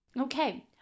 Okay